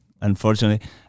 unfortunately